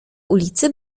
ulicy